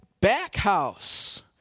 Backhouse